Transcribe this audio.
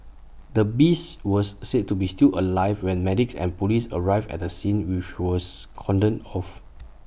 the beast was said to be still alive when medics and Police arrived at the scene which was cordoned off